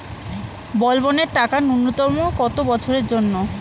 বলবনের টাকা ন্যূনতম কত বছরের জন্য?